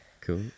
Cool